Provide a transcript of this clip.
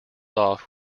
off